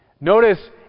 Notice